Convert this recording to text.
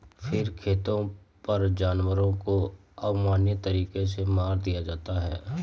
फर खेतों पर जानवरों को अमानवीय तरीकों से मार दिया जाता है